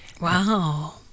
Wow